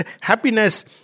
happiness